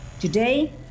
Today